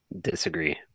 Disagree